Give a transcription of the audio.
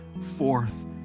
forth